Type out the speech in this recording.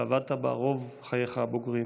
ועבדת בה רוב חייך הבוגרים.